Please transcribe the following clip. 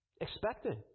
expected